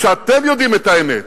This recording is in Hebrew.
כשאתם יודעים את האמת,